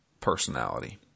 personality